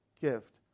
gift